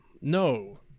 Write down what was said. No